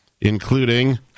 including